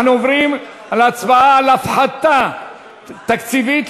אנחנו עוברים להצבעה על הפחתה תקציבית,